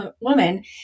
woman